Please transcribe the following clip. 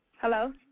Hello